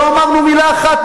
לא אמרנו מלה אחת,